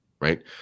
right